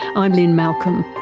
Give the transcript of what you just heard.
i'm lynne malcolm.